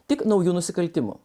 tik nauju nusikaltimu